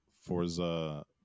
Forza